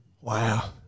Wow